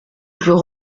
plus